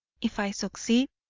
if i succeed,